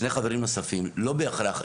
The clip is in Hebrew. לא בהכרח.